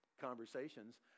conversations